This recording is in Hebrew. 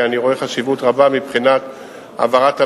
אמרו לי: רק מכתב: "סליחה,